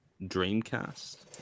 Dreamcast